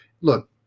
look